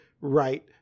right